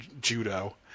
judo